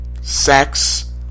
sex